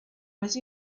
més